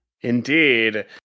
Indeed